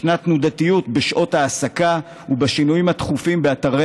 ישנה תנודתיות בשעות ההעסקה ושינויים התכופים באתרי